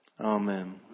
Amen